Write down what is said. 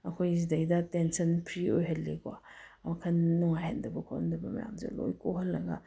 ꯑꯩꯈꯣꯏ ꯁꯤꯗꯩꯗ tension free ꯑꯣꯏꯍꯜꯂꯤꯀꯣ ꯋꯥꯈꯟ ꯅꯨꯡꯉꯥꯏꯍꯟꯗꯕ ꯈꯣꯠꯍꯟꯗꯕ ꯃꯌꯥꯝꯁꯦ ꯂꯣꯏ ꯀꯣꯛꯍꯜꯂꯒ